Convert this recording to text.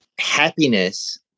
happiness